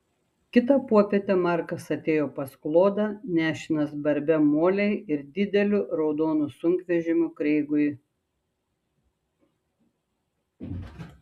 kitą popietę markas atėjo pas klodą nešinas barbe molei ir dideliu raudonu sunkvežimiu kreigui